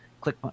click